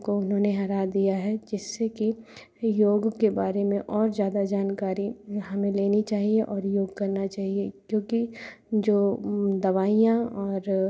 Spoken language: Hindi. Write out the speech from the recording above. को उन्होंने हरा दिया है जिससे कि योग के बारे में और ज़्यादा जानकारी हमें लेनी चाहिए और योग करना चाहिए क्योंकि जो दवाइयाँ और